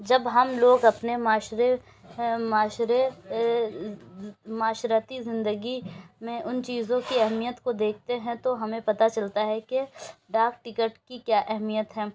جب ہم لوگ اپنے معاشرے معاشرے معاشرتی زندگی میں ان چیزوں کی اہمیت کو دیکھتے ہیں تو ہمیں پتا چلتا ہے کہ ڈاک ٹکٹ کی کیا اہمیت ہیں